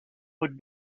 would